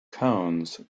cones